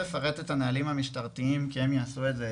טוב מאתנו,